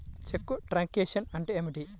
చెక్కు truncation అంటే ఏమిటి?